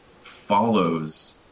follows